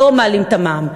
לא מעלים את המע"מ,